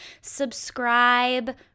subscribe